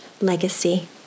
legacy